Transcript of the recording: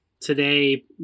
today